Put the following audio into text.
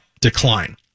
decline